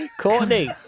Courtney